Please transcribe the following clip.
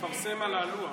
לפרסם על הלוח.